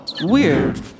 weird